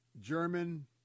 German